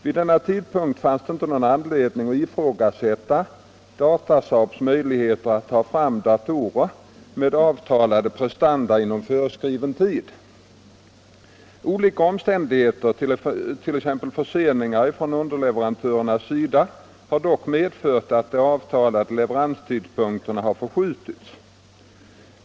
Vid denna tidpunkt fanns det inte någon anledning att ifrågasätta Datasaabs möjligheter att ta fram datorer med avtalade prestanda inom föreskriven tid. Olika omständigheter, t.ex. förseningar från underleverantörers sida, har dock medfört att de avtalade leveranstidpunkterna har förskjutits.